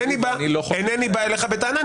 אינני בא אליך בטענה,